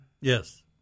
Yes